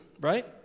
right